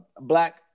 black